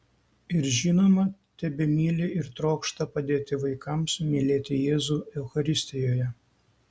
ir žinoma tebemyli ir trokšta padėti vaikams mylėti jėzų eucharistijoje